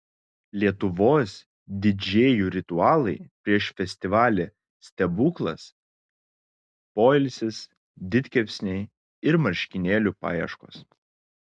lietuvos didžėjų ritualai prieš festivalį stebuklas poilsis didkepsniai ir marškinėlių paieškos